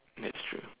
that's true